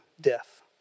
death